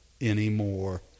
anymore